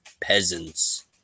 peasants